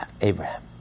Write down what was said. Abraham